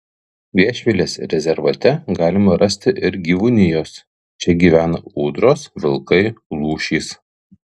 viešvilės rezervate galima rasti ir gyvūnijos čia gyvena ūdros vilkai lūšys